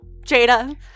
Jada